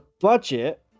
budget